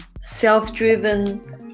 self-driven